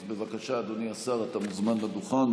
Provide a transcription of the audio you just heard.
אז, בבקשה, אדוני השר, אתה מוזמן לדוכן.